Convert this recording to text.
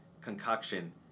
concoction